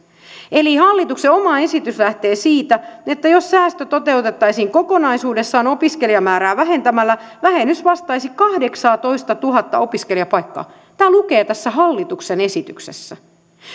eli hallituksen oma esitys lähtee siitä että jos säästö toteutettaisiin kokonaisuudessaan opiskelijamäärää vähentämällä vähennys vastaisi kahdeksaatoistatuhatta opiskelijapaikkaa tämä lukee tässä hallituksen esityksessä